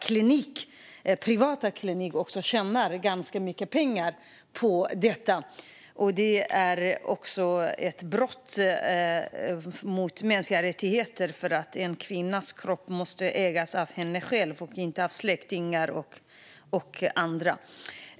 Många privata kliniker tjänar också ganska mycket pengar på detta. Det handlar om brott mot mänskliga rättigheter. En kvinnas kropp måste ägas av henne själv och inte av släktingar eller andra.